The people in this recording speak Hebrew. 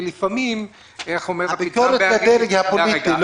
ולפעמים --- הביקורת היא על הדרג הפוליטי.